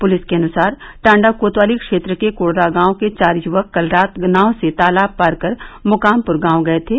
police के अनुसार टाण्डा कोतवाली क्षेत्र के कोडरा गांव के चार युवक कल रात नाव से तालाब पार कर मुकामपुर गांव गये थे